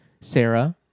Sarah